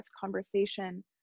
conversation